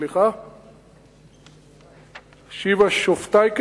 אשיבה שופטייך.